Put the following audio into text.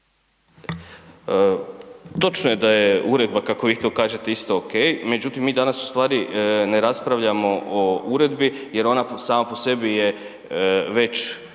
Točno je da je uredba kako vi to kažete isto ok, međutim mi danas ustvari ne raspravljamo o uredbi jer ona sama po sebi je već